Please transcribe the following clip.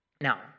Now